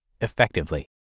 effectively